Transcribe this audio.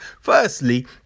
firstly